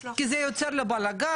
כי זה יוצר לו בלאגן,